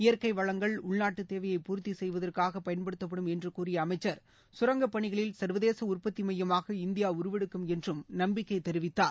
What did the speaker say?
இயற்கை வளங்கள் உள்நாட்டு தேவையை பூர்த்தி செய்வதற்காக பயன்படுத்தப்படும் என்று கூறிய அமைச்சர் கரங்க பணிகளில் சர்வதேச உற்பத்தி மையமாக இந்தியா உருவெடுக்கும் என்றும் நம்பிக்கை தெரிவித்தார்